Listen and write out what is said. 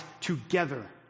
together